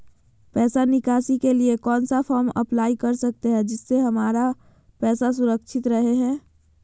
पैसा निकासी के लिए कौन सा फॉर्म अप्लाई कर सकते हैं जिससे हमारे पैसा सुरक्षित रहे हैं?